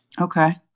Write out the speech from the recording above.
Okay